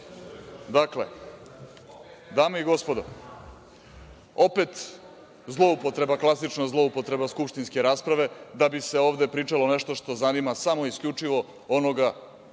lepo. Dakle, dame i gospodo, opet zloupotreba, klasična zloupotreba skupštinske rasprave da bi se ovde pričalo nešto što zanima samo i isključivo onoga